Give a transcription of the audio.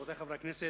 רבותי חברי הכנסת,